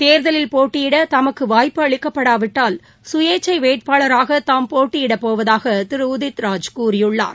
தேர்தலில் போட்டியிட தமக்கு வாய்ப்பு அளிக்கப்படாவிட்டால் சுயேச்சை வேட்பாளராக தாம் போட்டியிடப்போவதாக திரு உதித்ராஜ் கூறியுள்ளார்